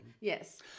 Yes